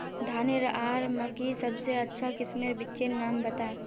धानेर आर मकई सबसे अच्छा किस्मेर बिच्चिर नाम बता?